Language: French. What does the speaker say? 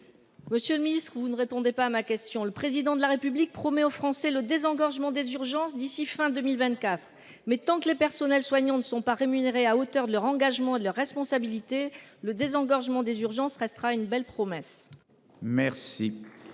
Monsieur le Ministre, vous ne répondez pas à ma question. Le président de la République promet aux Français le désengorgement des urgences d'ici fin 2024. Mais tant que les personnels soignants ne sont pas rémunérés à hauteur de leur engagement de responsabilité le désengorgement des urgences restera une belle promesse. Merci.